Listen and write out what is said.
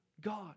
God